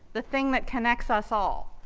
the thing that connects us all,